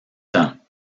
temps